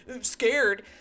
scared